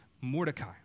Mordecai